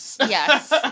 Yes